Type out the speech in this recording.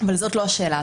אבל זאת לא השאלה.